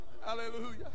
Hallelujah